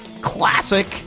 Classic